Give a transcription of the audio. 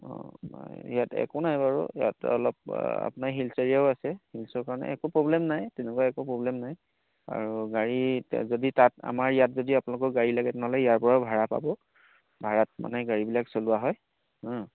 অঁ ইয়াত একো নাই বাৰু ইয়াত অলপ আপোনাৰ হিলছ এৰিয়াও আছে হিলছৰ কাৰণে একো প্ৰব্লেম নাই তেনেকুৱা একো প্ৰব্লেম নাই আৰু গাড়ী যদি তাত আমাৰ ইয়াত যদি আপোনালোকৰ গাড়ী লাগে তেনেহ'লে ইয়াৰ পৰাও ভাড়া পাব ভাড়াত মানে গাড়ীবিলাক চলোৱা হয়